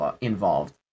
involved